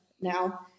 now